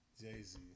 Jay-Z